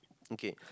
okay